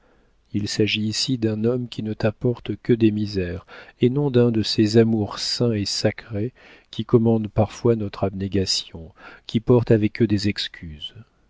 il s'agit ici d'un homme qui ne t'apporte que des misères et non d'un de ces amours saints et sacrés qui commandent parfois notre abnégation qui portent avec eux des excuses